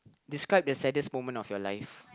describe the saddest moment of your life